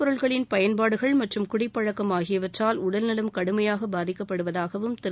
பொருள்களின் பயன்பாடுகள் மற்றும் குடிப்பழக்கம் ஆகியவற்றால் போகைப் உடல்நலம் கடுமையாக பாதிக்கப்படுவதாகவும் திரு